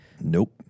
Nope